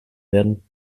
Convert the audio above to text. werden